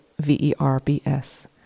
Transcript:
V-E-R-B-S